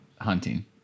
hunting